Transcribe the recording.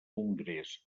congrés